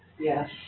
Yes